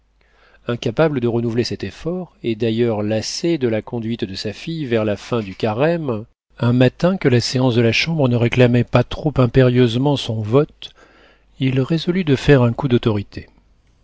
incapable de renouveler cet effort et d'ailleurs lassé de la conduite de sa fille vers la fin du carême un matin que la séance de la chambre ne réclamait pas trop impérieusement son vote il résolut de faire un coup d'autorité